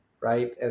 right